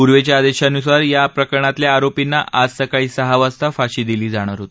पूर्वीच्या आदेशानुसार या प्रकरणातल्या आरोपींना आज सकाळी सहा वाजता फाशी दिली जाणार होती